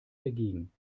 dagegen